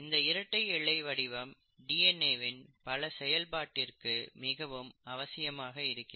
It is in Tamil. இந்த இரட்டை இழை வடிவம் டிஎன்ஏ வின் பல செயல்பாட்டிற்கு மிகவும் அவசியமாக இருக்கிறது